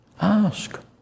ask